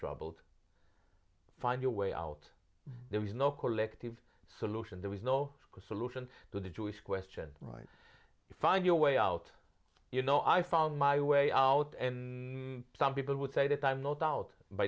troubled find your way out there is no collective solution there is no solution to the jewish question right find your way out you know i found my way out and knowing some people would say that i'm not out by